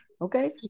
Okay